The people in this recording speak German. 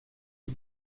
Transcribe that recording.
die